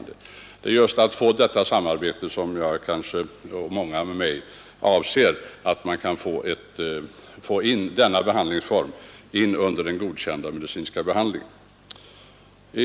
Det är just ett sådant samarbete som jag och många med mig avser att få till stånd genom att kiropraktiken godkänns som medicinsk behandlingsform.